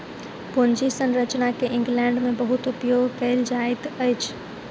पूंजी संरचना के इंग्लैंड में बहुत उपयोग कएल जाइत अछि